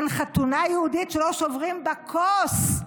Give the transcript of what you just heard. אין חתונה יהודית שלא שוברים בה כוס,